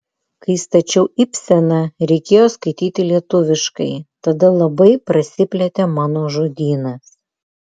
kai stačiau ibseną reikėjo skaityti lietuviškai tada labai prasiplėtė mano žodynas